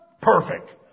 perfect